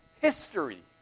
history